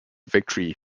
victory